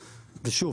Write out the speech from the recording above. ושוב,